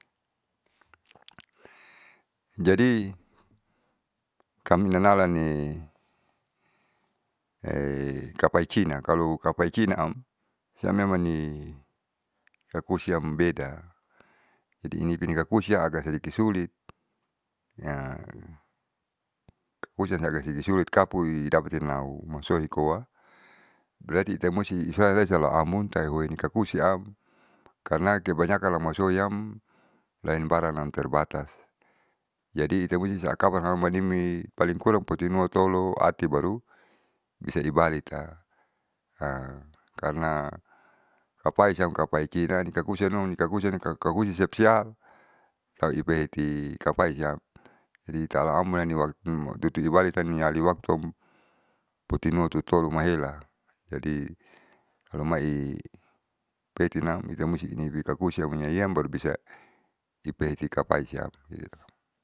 jadi kaminanalani kapai cina kalu kapai cina am siam memani kakusiam beda jadi inipi kakusi yang aga sadiki sulit kakusi yang agak sadiki sulit kapui dapatinau masohi koa berarti itemusti usahalesa aumuntah uoine kakusiam. Karna kebanyakan lamasohiam lain baranam terbatas. Jadi itemusti sakabar haumanimi paling kurang potoinua tolo ati baru bisa di balitam. karna kapai siam kapai cina inta kusinom intakusinom kakusisepsial tautipeiti kapaisiam jadi carita awal waktu tutuiali waktu am punituatolo maela. Jadi halamai peetinam ita musti itakusti nyanyiam baru ita bisa ipeiti kapasiam.